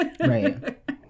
Right